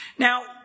Now